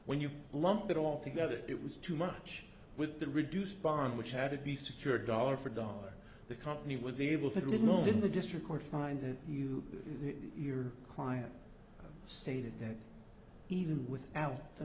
when you lump it all together it was too much with the reduced pond which had to be secured dollar for dollar the company was able to be known in the district court find you your client stated that even without the